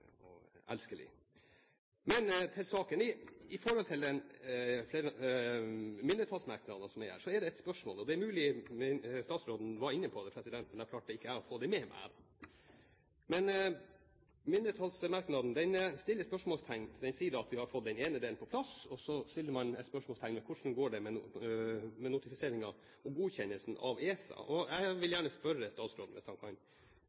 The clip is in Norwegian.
elskelig. Men så til saken. Når det gjelder mindretallsmerknadene her – det er mulig statsråden var inne på det, men jeg klarte ikke å få det med meg – stiller jeg et spørsmål. Det sies i merknaden at vi har fått den ene delen på plass, og så setter man et spørsmålstegn ved hvordan det går med notifisering og godkjennelse av ESA. Jeg vil